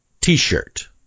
T-shirt